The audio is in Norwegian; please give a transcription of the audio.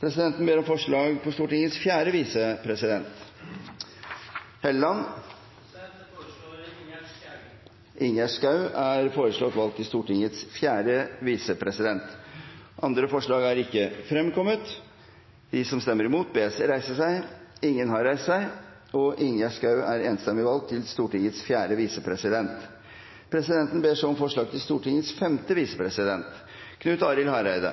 Presidenten ber så om forslag på Stortingets fjerde visepresident. Jeg foreslår Ingjerd Schou. Ingjerd Schou er foreslått valgt til Stortingets fjerde visepresident. – Andre forslag foreligger ikke. Presidenten ber så om forslag på Stortingets femte visepresident. Eg har gleda av å føreslå Line Henriette Hjemdal. Line Henriette Hjemdal er foreslått valgt til Stortingets femte